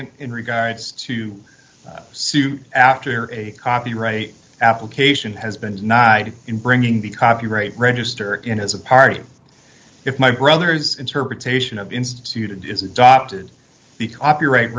nd in regards to suit after a copyright application has been is not in bringing the copyright register in as a party if my brother's interpretation of instituted is adopted the copyright